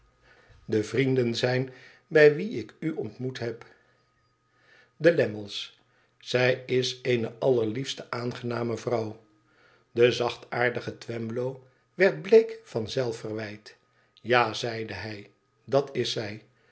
de vrienden zijn bij wie ik u ontmoet heb de lammies zij is eene allerliefste aangename vrouw de zachtaardige twemlow werd bleek van zelfverwijt ita zeide hij idatiszij len toen zij